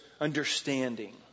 understanding